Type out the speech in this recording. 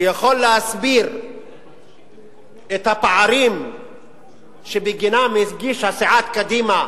שיכול להסביר את הפערים שבגינם הגישה סיעת קדימה